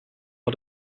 had